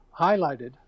highlighted